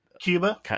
Cuba